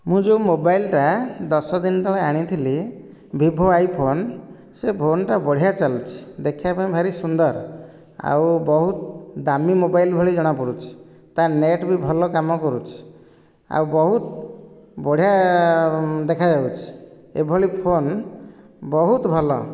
ମୁଁ ଯେଉଁ ମୋବାଇଲ ଟା ଦଶଦିନ ତଳେ ଆଣିଥିଲି ଭିଭୋ ଆଇ ଫୋନ ସେ ଫୋନ ଟା ବଢ଼ିଆ ଚାଲୁଛି ଦେଖିବା ପାଇଁ ଭାରି ସୁନ୍ଦର ଆଉ ବହୁତ ଦାମି ମୋବାଇଲ ଭଳି ଜଣା ପଡ଼ୁଛି ତା ନେଟ ବି ଭଲ କାମ କରୁଛି ଆଉ ବହୁତ ବଢ଼ିଆ ଦେଖାଯାଉଛି ଏଭଳି ଫୋନ ବହୁତ ଭଲ